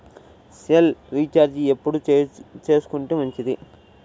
Cell recharge ఎప్పుడు చేసుకొంటే మంచిది?